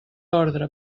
ordre